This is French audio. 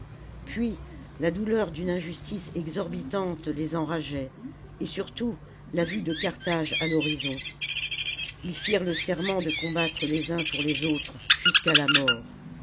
puis la douleur d'une injustice exorbitante les enrageait et surtout la vue de carthage à l'horizon ils firent le serment de combattre les uns pour les autres jusqu'à la mort